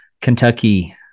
Kentucky